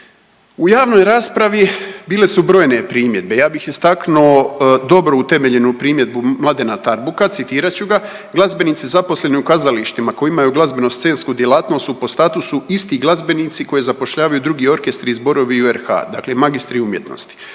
U javnoj raspravi bile su brojne primjedbe. Ja bih istaknuo dobru utemeljenu primjedbu Mladena Tarbuka, citirat ću ga, glazbenici zaposleni u kazalištima koji imaju glazbeno-scensku djelatnost su po statusu isti glazbenici koji zapošljavaju drugi orkestri i zborovi u RH, dakle magistri umjetnosti.